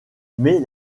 mais